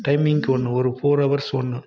டைமிங்குக்கு ஒன்று ஒரு four hours ஒன்று